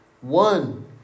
One